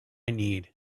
need